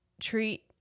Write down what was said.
treat